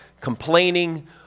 complaining